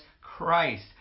Christ